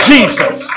Jesus